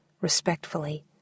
respectfully